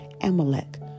Amalek